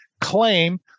claim